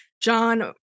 John